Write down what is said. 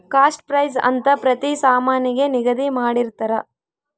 cost price ಅಂತ ಪ್ರತಿ ಸಾಮಾನಿಗೆ ನಿಗದಿ ಮಾಡಿರ್ತರ